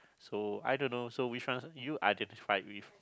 so I don't know so which one you identify with